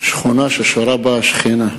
שכונה ששורה בה השכינה.